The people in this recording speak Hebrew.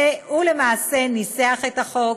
שהוא למעשה ניסח את החוק,